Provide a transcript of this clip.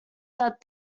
that